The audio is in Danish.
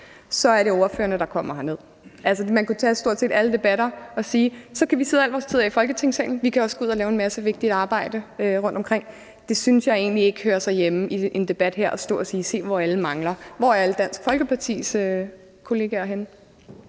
slags, er ordførerne, der kommer herned. Altså man kunne tage stort set alle debatter og sige, at vi kunne bruge al vores tid på at sidde her i Folketingssalen, men vi kunne også gå ud og lave en masse vigtigt arbejde rundtomkring. Jeg synes egentlig ikke, det hører sig hjemme i en debat her at stå at sige: Se, hvor alle mangler. Hvor er alle Dansk Folkepartis folketingsmedlemmer